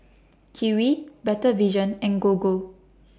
Kiwi Better Vision and Gogo